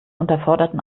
unterforderten